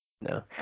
No